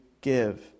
give